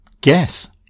guess